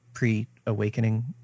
pre-awakening